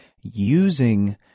using